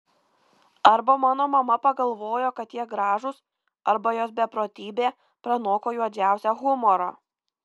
arba mano mama pagalvojo kad jie gražūs arba jos beprotybė pranoko juodžiausią humorą